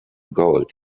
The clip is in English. gold